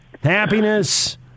Happiness